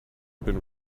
been